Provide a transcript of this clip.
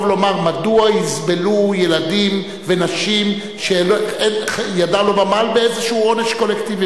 ולומר: מדוע יסבלו ילדים ונשים שידם לא במעל באיזה עונש קולקטיבי?